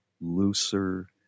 looser